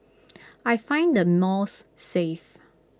I find the malls safe